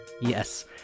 Yes